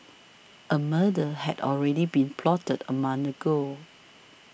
a murder had already been plotted among ago